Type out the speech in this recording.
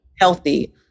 healthy